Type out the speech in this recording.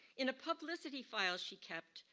in a publicity file she kept,